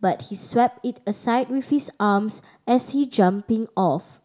but he swept it aside with his arms as he jumping off